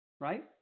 right